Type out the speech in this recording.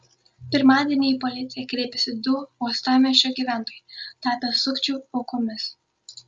pirmadienį į policiją kreipėsi du uostamiesčio gyventojai tapę sukčių aukomis